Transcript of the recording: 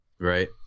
Right